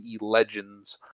legends